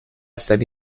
semi